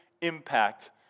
impact